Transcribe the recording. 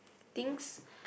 things